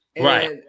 Right